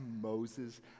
Moses